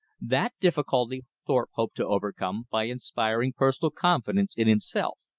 that difficulty thorpe hoped to overcome by inspiring personal confidence in himself.